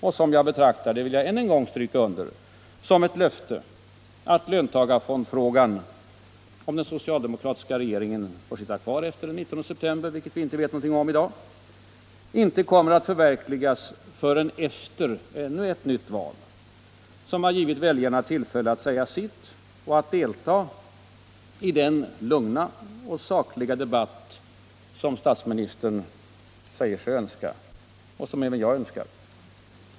Jag betraktar det — det vill jag än en gång stryka under — som ett löfte att löntagarfonderna, om den socialdemokratiska regeringen får sitta kvar efter den 19 sep tember, vilket vi inte vet någonting om i dag, inte kommer att förverkligas förrän efter ännu ett nytt val som givit väljarna tillfälle att säga sitt och delta i den ”lugna och sakliga” debatt som statsministern säger sig önska, och som även jag önskar.